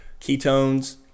ketones